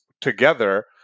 together